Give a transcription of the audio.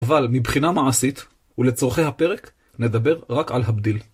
אבל מבחינה מעשית, ולצורכי הפרק, נדבר רק על הבדיל.